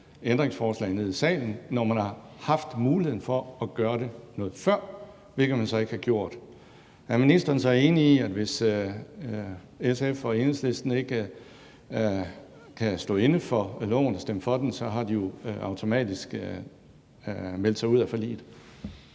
ændringsforslag nede i salen, når man har haft muligheden for at gøre det noget før – hvilket man så ikke har gjort. Er ministeren så enig i, at hvis SF og Enhedslisten ikke kan stå inde for lovforslaget som sådan, har de automatisk meldt sig ud af forliget?